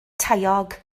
taeog